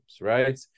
right